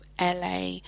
LA